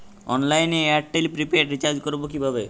অনলাইনে এয়ারটেলে prepaid recharge করবো কিভাবে?